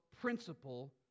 principle